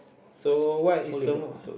so what is the mo~